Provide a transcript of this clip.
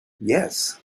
yes